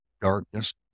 darkness